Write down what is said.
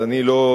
אז אני לא.